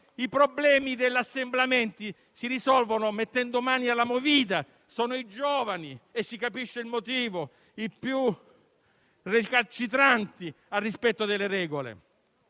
I problemi dell'assembramento si risolvono mettendo mano alla movida. Sono i giovani - e se ne capisce il motivo - i più recalcitranti al rispetto delle regole.